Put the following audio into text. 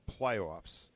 playoffs